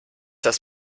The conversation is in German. das